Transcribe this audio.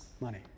money